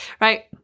right